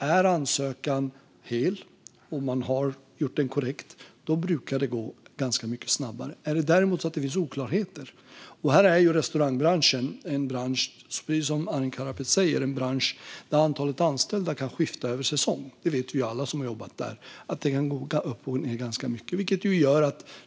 Om ansökan är fullständig och korrekt gjord brukar det gå ganska mycket snabbare. Men det kan också vara så att det finns oklarheter. Precis som Arin Karapet säger är restaurangbranschen en bransch där antalet anställda kan skifta över säsongen. Det vet vi alla som har jobbat där. Det kan gå upp och ned ganska mycket.